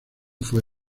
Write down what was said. fue